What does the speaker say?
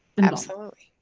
absolutely,